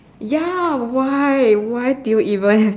ya why why do you even have to